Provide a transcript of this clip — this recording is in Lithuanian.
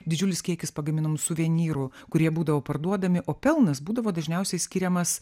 didžiulis kiekis pagaminom suvenyrų kurie būdavo parduodami o pelnas būdavo dažniausiai skiriamas